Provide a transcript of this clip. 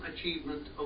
Achievement